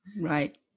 Right